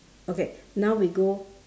okay now we go